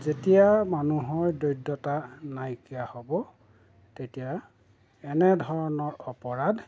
যেতিয়া মানুহৰ দৰিদ্ৰতা নাইকিয়া হ'ব তেতিয়া এনে ধৰণৰ অপৰাধ